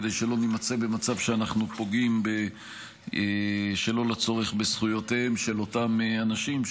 כדי שלא נימצא במצב שאנחנו פוגעים שלא לצורך בזכויותיהם של אותם אנשים,